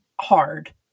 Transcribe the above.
hard